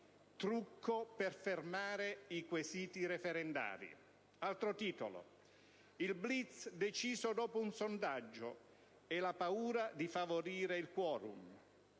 trucco per fermare i quesiti referendari». Altro titolo: «Il *blitz* deciso dopo un sondaggio e la paura di favorire il *quorum*».